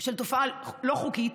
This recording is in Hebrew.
של תופעה לא חוקית,